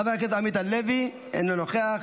חבר הכנסת עמית הלוי, אינו נוכח,